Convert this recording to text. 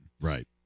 Right